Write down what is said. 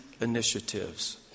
initiatives